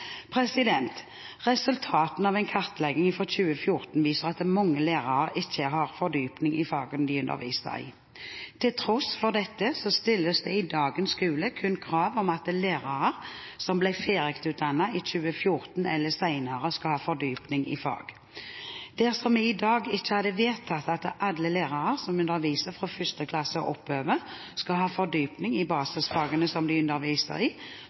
behov. Resultatene av en kartlegging fra 2014 viser at mange lærere ikke har fordypning i fagene de underviser i. Til tross for dette stilles det i dagens skole kun krav om at lærere som ble ferdigutdannet i 2014 eller senere, skal ha fordypning i fag. Dersom vi i dag ikke hadde vedtatt at alle lærere som underviser fra 1. klasse og oppover, skal ha fordypning i basisfagene som de underviser i,